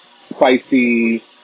spicy